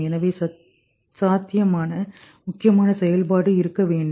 எனவே சாத்தியமான முக்கியமான செயல்பாடு இருக்க வேண்டும்